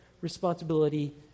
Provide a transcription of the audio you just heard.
responsibility